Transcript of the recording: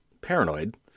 paranoid